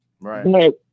Right